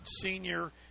senior